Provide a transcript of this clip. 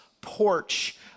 porch